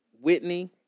Whitney